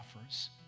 offers